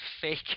fake